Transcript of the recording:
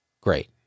Great